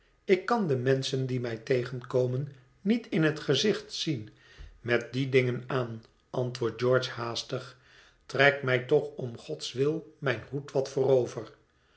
ik kan de menschen die mij tegenkomen niet in het gezicht zien met die dingen aan antwoordt george haastig trek mij toch om gods wil mijn hoed wat voorover